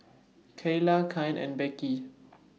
Keyla Kyan and Beckie